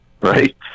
right